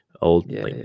old